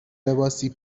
لباسی